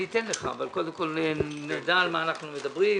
אני אאפשר לך אבל קודם נדע על מה אנחנו מדברים.